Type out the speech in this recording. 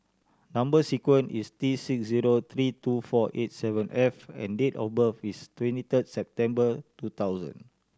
number sequence is T six zero three two four eight seven F and date of birth is twenty third September two thousand